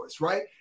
right